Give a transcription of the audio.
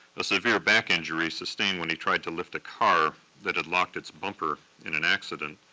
the severe back injury, sustained when he tried to lift a car that had locked its bumper in an accident,